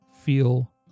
feel